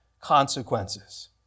consequences